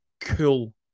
Cool